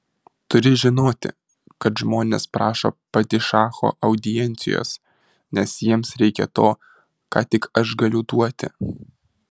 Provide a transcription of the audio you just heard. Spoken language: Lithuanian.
turi žinoti kad žmonės prašo padišacho audiencijos nes jiems reikia to ką tik aš galiu duoti